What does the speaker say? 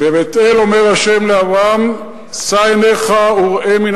בבית-אל אומר השם לאברהם: שא עיניך וראה מן